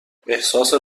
احساس